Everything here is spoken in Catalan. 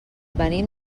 venim